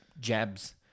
jabs